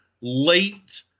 late